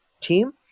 team